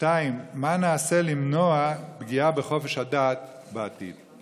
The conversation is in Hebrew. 2. מה נעשה כדי למנוע פגיעה בחופש הדת בעתיד?